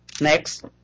Next